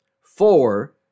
Four